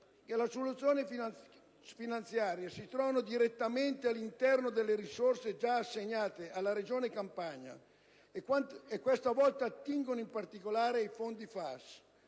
che le soluzioni finanziarie si trovano direttamente all'interno delle risorse già assegnate alla regione Campania e questa volta attingono in particolare ai fondi FAS